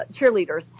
cheerleaders